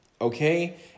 okay